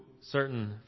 certain